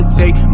take